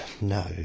No